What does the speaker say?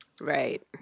Right